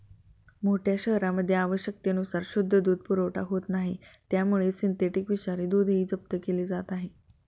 मोठ्या शहरांमध्ये आवश्यकतेनुसार शुद्ध दूध पुरवठा होत नाही त्यामुळे सिंथेटिक विषारी दूधही जप्त केले जात आहे